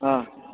অঁ